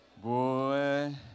Boy